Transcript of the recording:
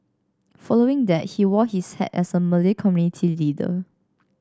following that he wore his hat as a Malay community leader